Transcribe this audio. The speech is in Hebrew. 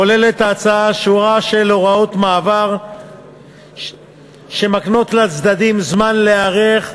כוללת ההצעה שורה של הוראות מעבר שמקנות לצדדים זמן להיערך,